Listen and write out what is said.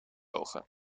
ogen